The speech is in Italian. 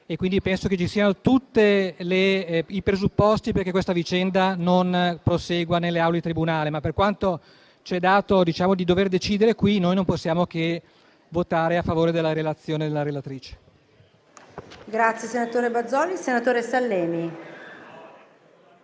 pertanto che ci siano tutti i presupposti perché questa vicenda non prosegua nelle aule di tribunale, ma, per quanto ci è dato decidere qui, non possiamo che votare a favore della relazione della relatrice.